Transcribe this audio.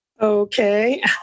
Okay